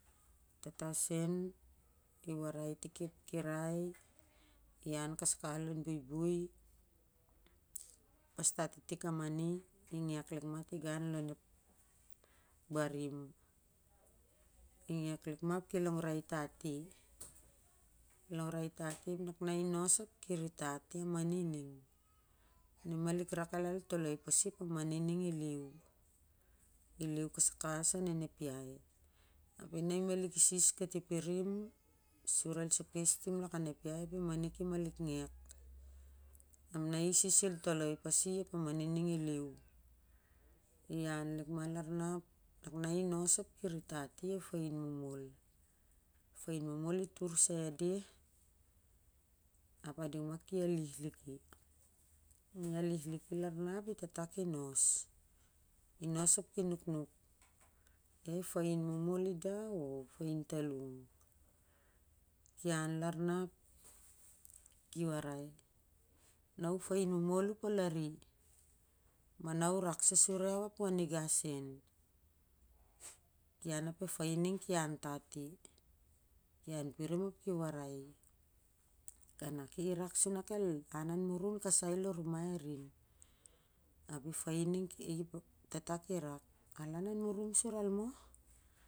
Tata sen i warai i tik ep kirai i an kasai kawas lon buibui i pastan i tik a mani i ngeg lik ma tiga lon ep barim i ngeg lik ma ap ki longrai tati ap na inos ap ki ritati na i malik kasai kawas a nen ep iai na i malik isis katipirim sur el sokes lakan ep iai ap a mani ki malik ngeg ap na i isis sur el toloi pasi ap a mani ning i malik lia ap na i nos ap ki ritati ep fain momol itur sai a de ap a ding mahi alih lik ki na i alih lik ki lar na ap e tata ki nos ap ki nuknuk ia ep fain momol i dah o ep fain momol u ap ol an ma na u rak sa sur iau ap u a nigau sen ian ap ep fain ning ki antati ian pirim ap ki warai i kanak ni rak el lan murun kasai lommai a ring ap i ep fain ning ki e tata i rak al lan an mrum sur al moh?